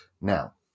Now